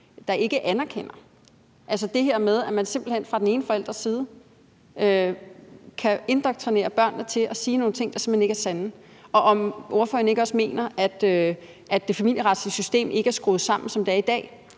der ikke anerkender, altså det her med, at man simpelt hen fra den ene forælders side kan indoktrinere børnene til at sige nogle ting, der ikke er sande. Og mener ordføreren ikke også, at det familieretslige system, som det er i dag,